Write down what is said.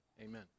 Amen